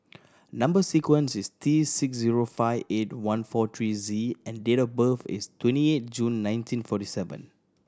number sequence is T six zero five eight one four three Z and date of birth is twenty eight June nineteen forty seven